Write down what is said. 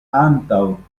antaŭ